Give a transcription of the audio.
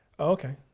ok,